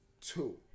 Two